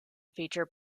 feature